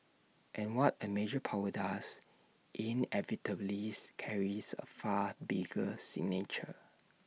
and what A major power does inevitable lease carries A far bigger signature